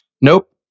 Nope